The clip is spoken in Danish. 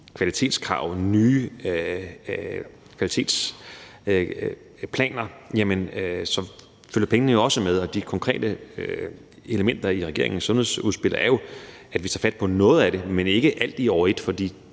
kvalitetskrav og nye kvalitetsplaner, følger pengene jo også med, og de konkrete elementer i regeringens sundhedsudspil er jo, at vi tager fat på noget af det, men ikke alt i år et. For